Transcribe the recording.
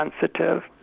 sensitive